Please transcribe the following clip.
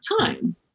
time